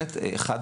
שאם